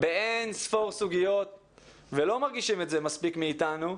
באין ספור סוגיות ולא מרגישים את זה מספיק מאתנו.